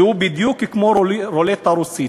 והוא בדיוק כמו רולטה רוסית.